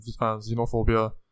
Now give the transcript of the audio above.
xenophobia